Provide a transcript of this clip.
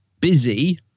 busy